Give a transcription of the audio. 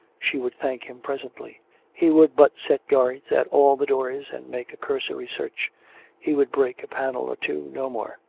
she would thank him presently he would but set guards at all the doors and make a cursory search he would break a panel or two no more.